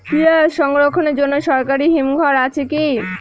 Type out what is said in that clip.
পিয়াজ সংরক্ষণের জন্য সরকারি হিমঘর আছে কি?